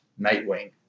Nightwing